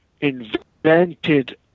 invented